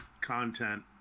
content